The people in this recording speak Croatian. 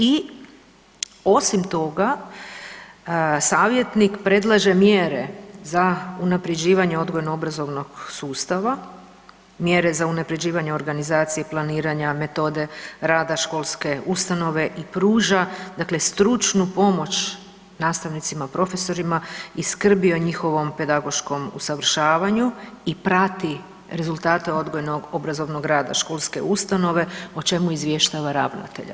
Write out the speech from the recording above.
I osim toga, savjetnik predlaže mjere za unapređivanje odgojno obrazovnog sustava, mjere za unapređivanje organizacije, planiranja, metode rada školske ustanove i pruža dakle stručnu pomoć nastavnicima, profesorima i skrbi o njihovom pedagoškom usavršavanju i prati rezultate odgojno obrazovnog rada školske ustanove o čemu izvještava ravnatelja.